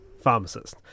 pharmacist